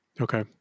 Okay